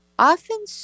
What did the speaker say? often